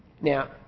Now